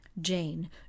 Jane